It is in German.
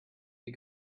die